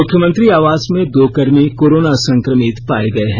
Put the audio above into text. मुख्यमंत्री आवास में दो कर्मी कोरोना संक्रमित पाए गए हैं